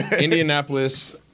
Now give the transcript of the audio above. Indianapolis